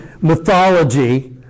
mythology